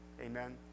Amen